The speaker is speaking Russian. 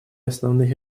основных